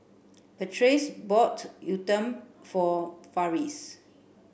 Patrice bought Uthapam for Farris